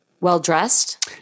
well-dressed